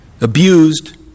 abused